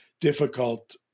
difficult